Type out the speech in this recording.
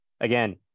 again